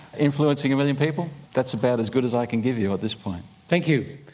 influencing a million people, that's about as good as i can give you at this point. thank you.